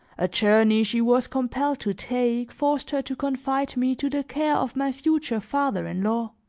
a journey she was compelled to take, forced her to confide me to the care of my future father-in-law.